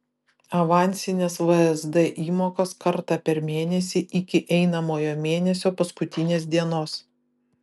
avansinės vsd įmokos kartą per mėnesį iki einamojo mėnesio paskutinės dienos